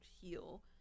heal